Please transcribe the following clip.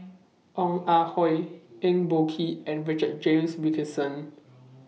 Ong Ah Hoi Eng Boh Kee and Richard James Wilkinson